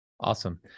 Awesome